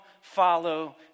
follow